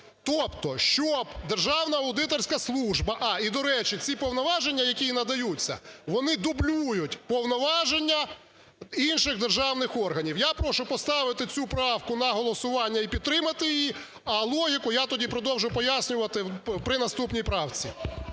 тобто щоб Державна аудиторська служба… А, і, до речі, ці повноваження, які їй надаються, вони дублюють повноваження інших державних органів. Я прошу поставити цю правку на голосування і підтримати її. А логіку я тоді продовжу пояснювати при наступній правці.